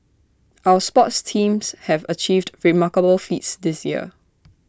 our sports teams have achieved remarkable feats this year